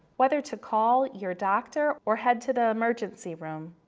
whether to call your doctor or head to the emergency room.